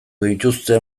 dituzte